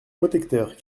protecteur